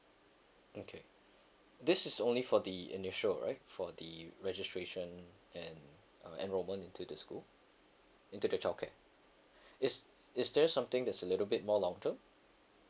okay this is only for the initial right for the registration and uh enrollment into the school into the childcare is is there something that's a little bit more long term